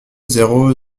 zéro